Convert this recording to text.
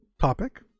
topic